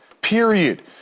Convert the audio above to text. period